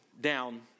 down